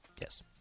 Yes